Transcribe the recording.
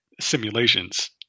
simulations